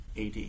AD